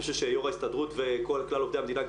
אני חושב שיו"ר ההסתדרות וכל כלל עובדי המדינה,